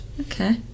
Okay